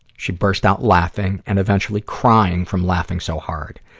she burst out laughing and eventually crying from laughing so hard.